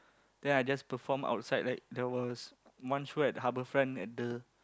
then I just perform outside like there was one show at Harbourfront at the